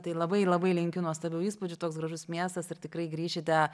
tai labai labai linkiu nuostabių įspūdžių toks gražus miestas ir tikrai grįšite